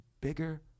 bigger